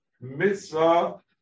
Mitzvah